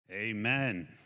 Amen